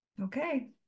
okay